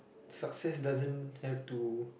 success doesn't have to